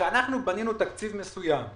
בנינו תקציב מסוים,